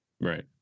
Right